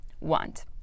want